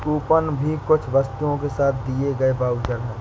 coupon भी कुछ वस्तुओं के साथ दिए गए वाउचर है